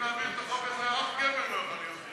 איך התאפקת, אני לא מבין.